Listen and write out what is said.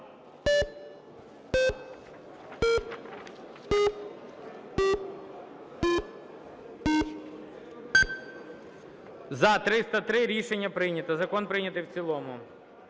За-303 Рішення прийнято. Закон прийнятий в цілому.